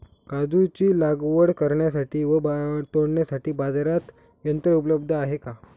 काजूची लागवड करण्यासाठी व तोडण्यासाठी बाजारात यंत्र उपलब्ध आहे का?